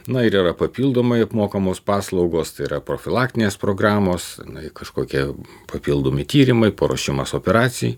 na ir yra papildomai apmokamos paslaugos tai yra profilaktinės programos kažkokie papildomi tyrimai paruošimas operacijai